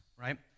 right